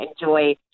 enjoy